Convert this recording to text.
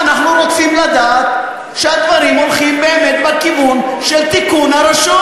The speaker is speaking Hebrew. אנחנו רוצים לדעת שהדברים הולכים באמת בכיוון של תיקון הרשות,